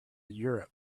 europe